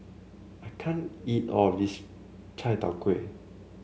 I can't eat all of this Chai Tow Kway